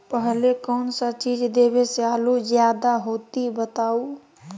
पहले कौन सा चीज देबे से आलू ज्यादा होती बताऊं?